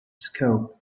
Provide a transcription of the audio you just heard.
scope